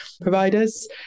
providers